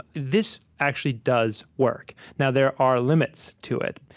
this actually does work. now, there are limits to it.